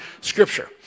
scripture